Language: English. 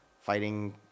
Fighting